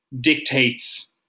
dictates